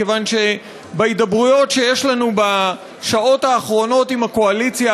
מכיוון שבהידברויות שיש לנו בשעות האחרונות עם הקואליציה,